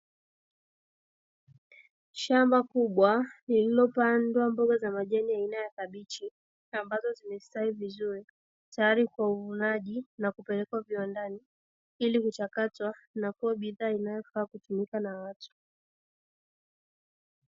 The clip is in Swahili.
Shamba kubwa lililopandwa mboga za majani aina ya kabichi, zimestawi vizuri tayari kwa uvunaji na kupelekwa viwandani ili kuchakatwa na kuwa bidhaa inayofaa kutumika na watu.